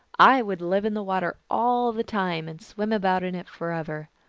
i would live in the water all the time, and swim about in it forever.